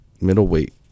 middleweight